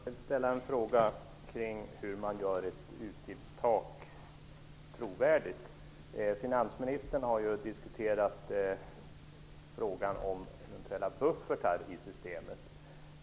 Herr talman! Jag har en fråga kring hur man gör ett utgiftstak trovärdigt. Finansministern har ju diskuterat frågan om eventuella buffertar i systemet.